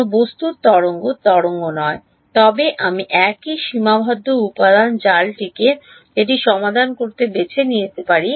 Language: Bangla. কোনও বস্তুর তরঙ্গ নয় তবে আমি একই সীমাবদ্ধ উপাদান জালটিতে এটি সমাধান করতে বেছে নিতে পারি